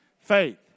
Faith